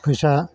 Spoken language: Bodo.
फैसा